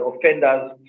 offenders